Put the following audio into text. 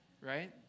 right